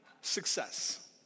success